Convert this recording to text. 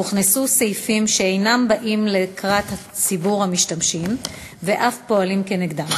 הוכנסו סעיפים שאינם באים לקראת ציבור המשתמשים ואף פועלים נגדם,